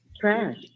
trash